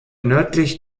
nördlich